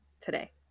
today